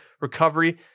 recovery